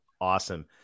Awesome